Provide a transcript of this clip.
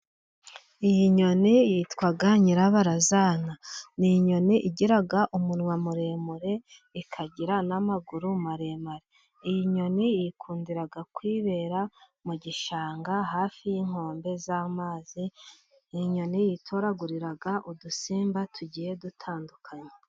iyi nyoni yitwa Nyirabarazana. Ni inyoni igira umunwa muremure, ikagira n'amaguru maremare. Iyi nyoni yikundiraga kwibera mu gishanga hafi y'inkombe z'amazi. Inyoni yitoragurira udusimba tugiye dutandukanye.